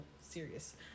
serious